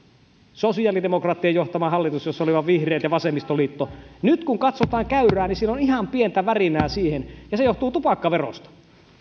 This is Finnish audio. sosiaalidemokraattien johtama hallitus jossa olivat vihreät ja vasemmistoliitto nyt kun katsotaan käyrää niin siellä on ihan pientä värinää siihen ja se johtuu tupakkaverosta ja